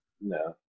No